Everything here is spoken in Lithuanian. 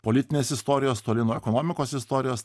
politinės istorijos toli nuo ekonomikos istorijos